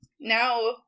now